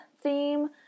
theme